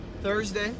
Thursday